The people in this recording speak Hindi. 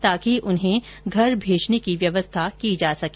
ताकि उन्हें घर भेजने की व्यवस्था की जा सके